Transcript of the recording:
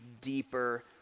deeper